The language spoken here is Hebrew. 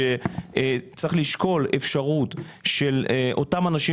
שצריך לשקול אפשרות של אותם אנשים